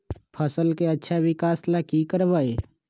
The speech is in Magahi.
फसल के अच्छा विकास ला की करवाई?